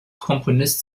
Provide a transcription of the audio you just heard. komponist